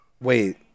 Wait